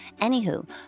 Anywho